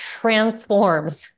transforms